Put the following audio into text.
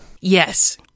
Yes